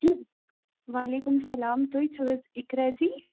وعلیکُم اسلام تُہۍ چھِو حظ اِقرا جی